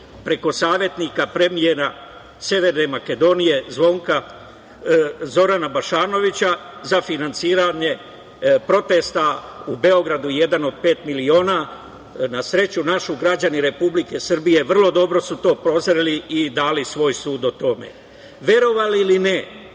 preko savetnika premijera Severne Makedonije, Zorana Bašanovića za finansiranje protesta u Beogradu „1 od 5 miliona“. Na sreću našu, građani Republike Srbije vrlo dobro su to prozreli i dali svoj sud o tome. Verovali ili ne,